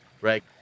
right